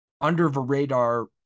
under-the-radar